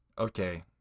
okay